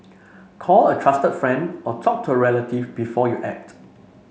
call a trusted friend or talk to a relative before you act